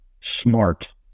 smart